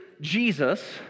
Jesus